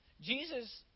Jesus